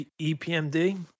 EPMD